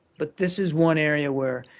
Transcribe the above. but this is one area where